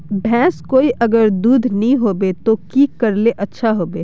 भैंस कोई अगर दूध नि होबे तो की करले ले अच्छा होवे?